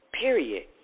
Period